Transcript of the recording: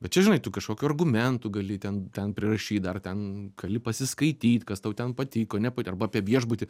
bet čia žinai tu kažkokių argumentų gali ten ten prirašyt ar ten gali pasiskaityt kas tau ten patiko nepa arba apie viešbutį